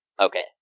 Okay